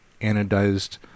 anodized